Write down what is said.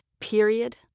period